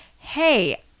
hey